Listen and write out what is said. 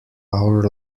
our